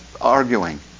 arguing